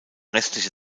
restliche